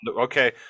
okay